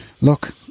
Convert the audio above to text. look